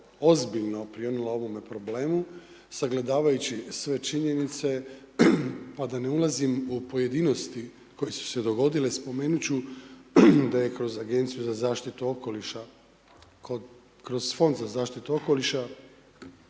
ozbiljno prionula ovome problemu, sagledavajući sve činjenice, pa da ne ulazim u pojedinosti koje su se dogodile, spomenut ću da je kroz Agenciju za zaštitu okoliša, kroz Fond za zaštitu okoliša